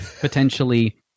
potentially